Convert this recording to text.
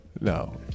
No